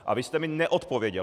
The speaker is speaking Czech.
A vy jste mi neodpověděl.